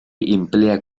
emplea